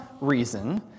reason